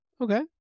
Okay